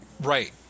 Right